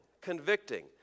Convicting